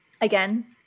Again